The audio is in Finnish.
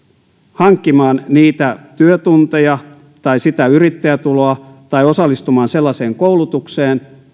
hankkimaan niitä työtunteja tai sitä yrittäjätuloa tai osallistumaan koulutukseen